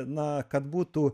na kad būtų